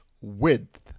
Width